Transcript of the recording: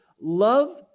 Love